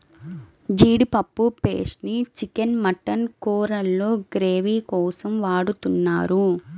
జీడిపప్పు పేస్ట్ ని chicken, mutton కూరల్లో గ్రేవీ కోసం వాడుతున్నారు